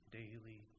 daily